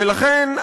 ולכן,